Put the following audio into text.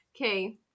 Okay